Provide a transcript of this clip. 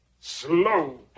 slow